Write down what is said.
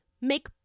make